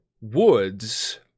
woods